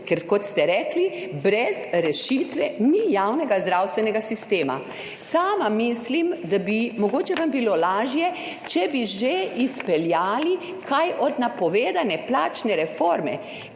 Ker kot ste rekli, brez rešitve ni javnega zdravstvenega sistema. Sama mislim, da bi vam mogoče bilo lažje, če bi že izpeljali kaj od napovedane zdravstvene reforme,